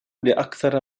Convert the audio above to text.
لأكثر